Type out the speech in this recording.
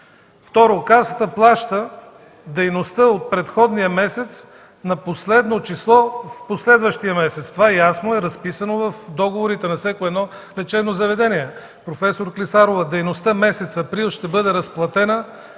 Второ, Касата плаща дейността от предходния месец на последно число в последващия месец. Това е разписано ясно в договорите на всяко едно лечебно заведение. Професор Клисарова, дейността месец април ще бъде разплатена